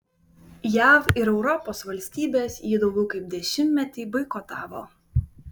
jav ir europos valstybės jį daugiau kaip dešimtmetį boikotavo